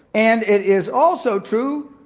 and it is also true,